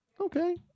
okay